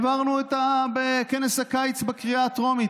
העברנו בכנס הקיץ הצעה בקריאה הטרומית,